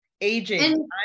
Aging